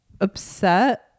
upset